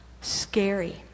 Scary